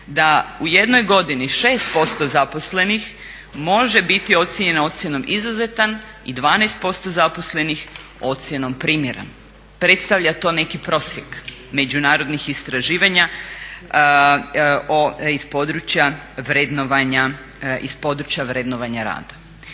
da u jednoj godini 6% zaposlenih može biti ocijenjeno ocjenom izuzetan i 12% zaposlenih ocjenom primjeren. Predstavlja to neki prosjek međunarodnih istraživanja iz područja vrednovanja rada.